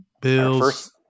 Bills